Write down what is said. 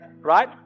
right